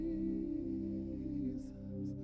Jesus